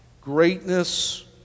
greatness